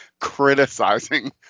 criticizing